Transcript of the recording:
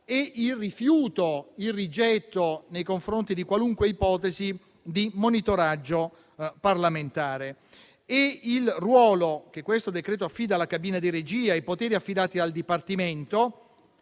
e il rifiuto, il rigetto nei confronti di qualunque ipotesi di monitoraggio parlamentare. Il ruolo che il decreto-legge in esame affida alla cabina di regia e i poteri affidati al dipartimento